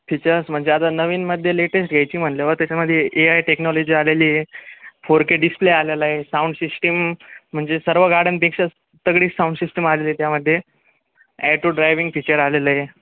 features म्हणजे आता नवीनमध्ये लेटेस्ट घ्यायची म्हटल्यावर त्याच्यामध्ये ए आय टेक्नॉलॉजी आलेली आहे फोर के डिस्प्ले आलेला आहे साऊंड सिस्टीम म्हणजे सर्व गाड्यांपेक्षा तगडी साऊंड सिस्टीम आलेली त्यामध्ये ॲटो ड्रायविंग फीचर आलेलं आहे